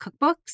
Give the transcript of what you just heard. cookbooks